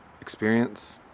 Experience